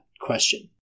question